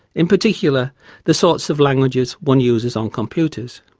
in particular the sorts of languages one uses on computers.